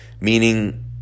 Meaning